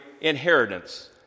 inheritance